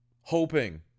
hoping